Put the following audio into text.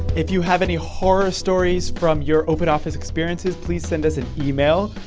if you have any horror stories from your open office experiences, please send us an email.